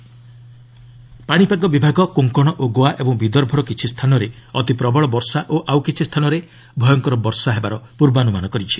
weather warning ପାଣିପାଗ ବିଭାଗ କୋଙ୍କଣ ଓ ଗୋଆ ଏବଂ ବିଦର୍ଭର କିଛି ସ୍ଥାନରେ ଅତି ପ୍ରବଳ ବର୍ଷା ଓ ଆଉ କିଛି ସ୍ଥାନରେ ଭୟଙ୍କର ବର୍ଷା ହେବାର ପୂର୍ବାନ୍ଦମାନ କରିଛି